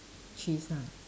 cheese ah